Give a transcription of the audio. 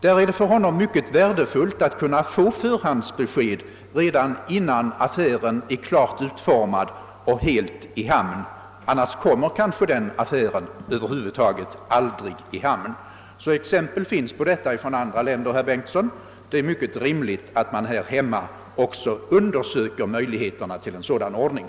Det är för säljaren mycket värdefullt att kunna få förhandsbesked — annars blir affären i fråga kanske över huvud taget aldrig av. Exempel på detta förfarande finns alltså i andra länder, herr Bengtsson, och det är mycket rimligt att också vi i vårt land undersöker möjligheterna till en sådan ordning.